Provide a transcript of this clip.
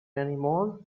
anymore